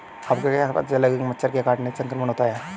आपको कैसे पता चलेगा कि मच्छर के काटने से संक्रमण होता है?